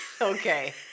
okay